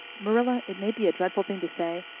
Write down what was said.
marilla, it may be a dreadful thing to say,